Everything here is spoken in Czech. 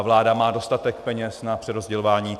Vláda má dostatek peněz na přerozdělování.